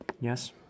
Yes